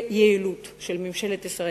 וביעילות של ממשלת ישראל.